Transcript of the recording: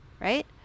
right